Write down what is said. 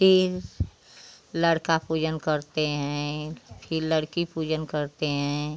फिर लड़का पूजन करते हैं फिर लड़की पूजन करते हैं